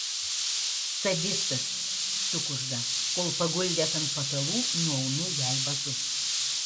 sadistas sukužda kol paguldęs ant patalų nuaunu jai batus